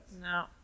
no